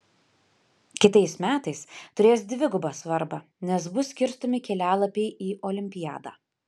kitais metais turės dvigubą svarbą nes bus skirstomi kelialapiai į olimpiadą